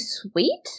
sweet